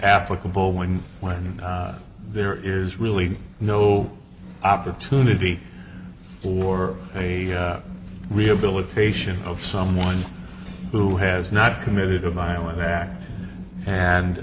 applicable when when there is really no opportunity for a rehabilitation of someone who has not committed a violent act and